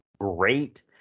great